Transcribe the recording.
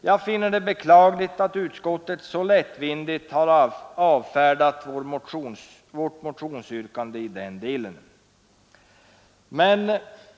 Jag finner det beklagligt att utskottet så lättvindigt avfärdat vårt motionsyrkande i denna del.